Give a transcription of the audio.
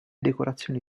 decorazioni